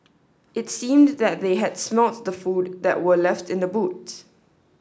it seemed that they had snort the food that were left in the boot